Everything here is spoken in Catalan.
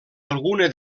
alguna